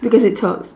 because it talks